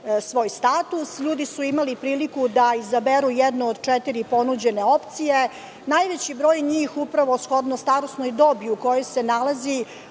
svoj status. Ljudi su imali priliku da izaberu jednu od četiri ponuđene opcije. Najveći broj njih, upravo shodno starosnoj dobi u kojoj se nalazi,